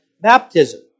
baptism